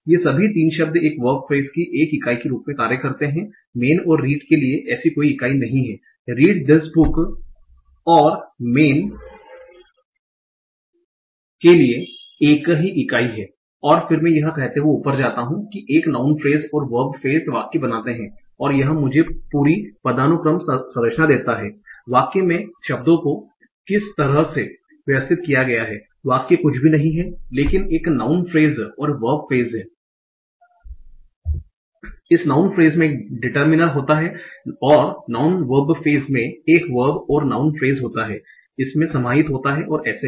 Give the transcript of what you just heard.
ये सभी 3 शब्द एक वर्ब फ्रेस की एक इकाई के रूप में कार्य करते हैं मेन और रीड के लिए ऐसी कोई इकाई नहीं है रीड धिस बुक और मेन के लिए एक इकाई है और फिर मैं यह कहते हुए ऊपर जाता हूं कि एक नाउँन फ्रेस और वर्ब फ्रेस वाक्य बनाते हैं और यह मुझे पूरी पदानुक्रम संरचना देता है कि वाक्य में शब्दों को किस तरह से व्यवस्थित किया गया है वाक्य कुछ भी नहीं है लेकिन एक नाउँन फ्रेस और वर्ब फ्रेस है इस नाउँन फ्रेस में एक डिटर्मिनर होता है और नाउँन वर्ब फ्रेस में एक वर्ब और नाउँन फ्रेस होता है इसमें समाहित होता है और ऐसे ही